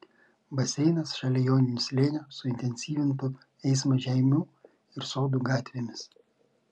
baseinas šalia joninių slėnio suintensyvintų eismą žeimių ir sodų gatvėmis